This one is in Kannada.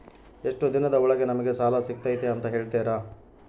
ಎಷ್ಟು ದಿನದ ಒಳಗೆ ನಮಗೆ ಸಾಲ ಸಿಗ್ತೈತೆ ಅಂತ ಹೇಳ್ತೇರಾ?